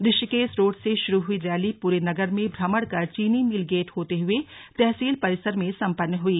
Rishikesh road से शुरु हुई रैली पूरे नगर में भ्रमण कर चीनी मिल गेट होते हुए तहसील परिसर में सपन्न हुई